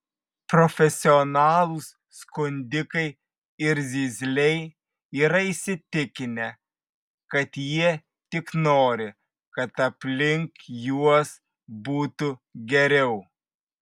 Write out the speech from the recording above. profesionalūs skundikai ir zyzliai yra įsitikinę kad jie tik nori kad aplink juos būtų geriau